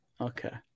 Okay